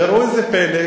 וראו איזה פלא,